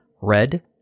red